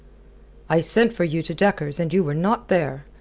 i sent for you to dekker's, and you were not there.